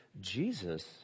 Jesus